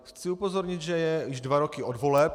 Chci upozornit, že je už dva roky od voleb.